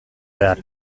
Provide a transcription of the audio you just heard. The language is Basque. behar